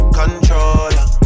controller